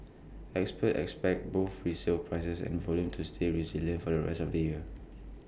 experts expect both resale prices and volume to stay resilient for the rest of the year